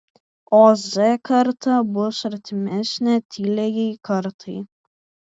o z karta bus artimesnė tyliajai kartai